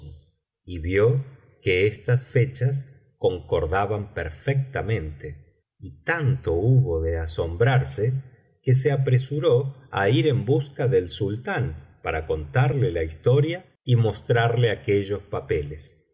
y vio que estas fechas concordaban perfectamente y tanto hubo de asombrarse que se apresuró á ir en busca del sultán para contarle la historia y mostrarle aquellos papeles